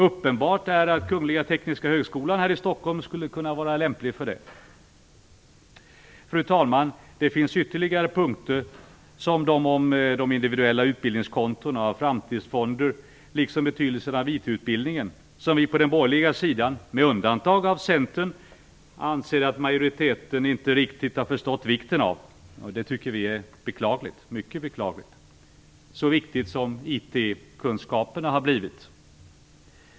Uppenbart är att Kungliga tekniska högskolan här i Stockholm skulle kunna vara lämplig för det. Fru talman! Det finns ytterligare punkter, som de om de individuella utbildningskontona och framtidsfonder liksom betydelsen av IT-utbildningen, som vi på den borgerliga sidan med undantag av Centern anser att majoriteten inte riktigt har förstått vikten av. Det tycker vi är mycket beklagligt, så viktigt som IT kunskaper har blivit.